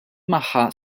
magħha